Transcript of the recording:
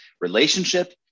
relationship